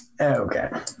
Okay